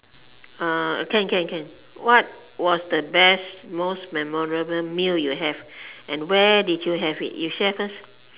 can can can what was the best most memorable meal you have and where did you have it you share first